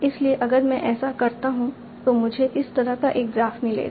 इसलिए अगर मैं ऐसा करता हूं तो मुझे इस तरह का एक ग्राफ मिलेगा